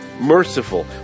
merciful